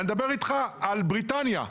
אני מדבר איתך על בריטניה,